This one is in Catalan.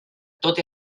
tot